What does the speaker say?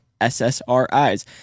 SSRIs